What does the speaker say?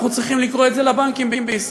אנחנו צריכים לקרוא את זה לבנקים בישראל.